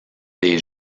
des